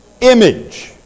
image